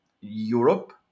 Europe